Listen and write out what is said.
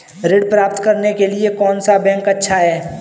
ऋण प्राप्त करने के लिए कौन सा बैंक अच्छा है?